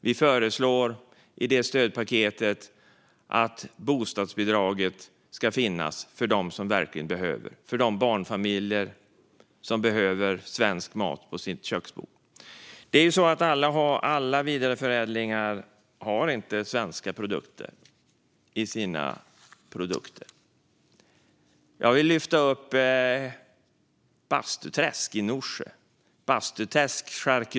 Vi föreslår i det stödpaketet även att bostadsbidraget ska finnas för dem som verkligen behöver det, för de barnfamiljer som behöver svensk mat på sina köksbord. Inte alla vidareförädlingar har svenska produkter i sina produkter. Jag vill lyfta upp Bastuträsk Charkuteri i Norsjö.